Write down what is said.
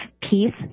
peace